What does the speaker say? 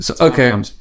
Okay